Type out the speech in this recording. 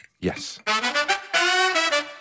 Yes